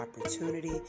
opportunity